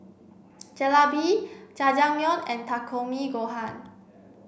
Jalebi Jajangmyeon and Takikomi Gohan